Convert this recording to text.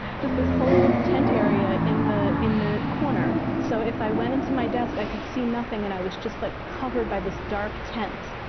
just this whole tent area in the in the corner. so if i went into my desk, i could see nothing, and i was just like covered by this dark tent.